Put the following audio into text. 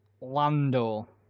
Lando